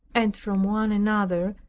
and from one another,